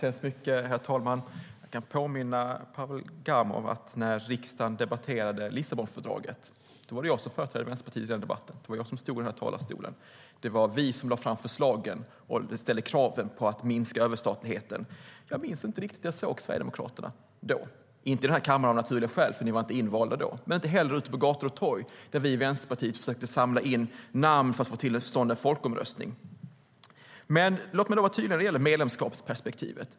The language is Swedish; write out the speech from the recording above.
Herr talman! Jag kan påminna Pavel Gamov om att när riksdagen debatterade Lissabonfördraget var det jag som företrädde Vänsterpartiet. Det var jag som stod här i talarstolen. Det var vi som lade fram förslagen och ställde kraven på att minska överstatligheten. Jag minns inte att jag såg Sverigedemokraterna då - av naturliga skäl inte i den här kammaren, för ni var inte invalda då, men inte heller ute på gator och torg där vi i Vänsterpartiet försökte samla in namn för att få till stånd en folkomröstning. Låt mig vara tydlig när det gäller medlemskapsperspektivet.